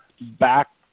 back